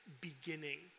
beginning